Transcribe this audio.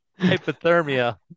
hypothermia